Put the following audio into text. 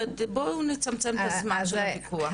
בואו נצמצם את הזמן של הויכוח.